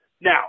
Now